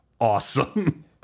awesome